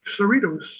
Cerritos